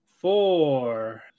four